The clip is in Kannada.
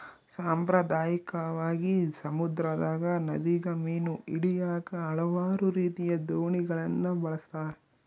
ಸಾಂಪ್ರದಾಯಿಕವಾಗಿ, ಸಮುದ್ರದಗ, ನದಿಗ ಮೀನು ಹಿಡಿಯಾಕ ಹಲವಾರು ರೀತಿಯ ದೋಣಿಗಳನ್ನ ಬಳಸ್ತಾರ